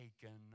taken